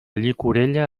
llicorella